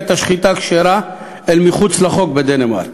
את השחיטה הכשרה אל מחוץ לחוק בדנמרק.